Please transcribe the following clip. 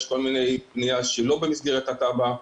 יש בנייה שהיא לא במסגרת התב"ע.